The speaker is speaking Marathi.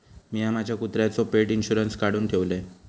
मिया माझ्या कुत्र्याचो पेट इंशुरन्स काढुन ठेवलय